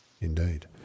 Indeed